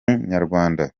inyarwanda